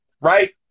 right